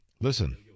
Listen